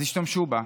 אז ישתמשו בה,